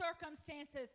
circumstances